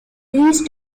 these